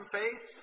faith